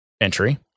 entry